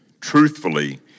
truthfully